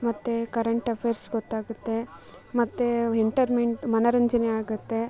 ಮತ್ತು current affairs ಗೊತ್ತಾಗುತ್ತೆ ಮತ್ತು ಎಂಟರ್ಮೆಂಟ್ ಮನೋರಂಜನೆ ಆಗುತ್ತೆ